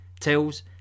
tells